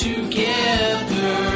together